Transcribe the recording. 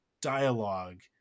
dialogue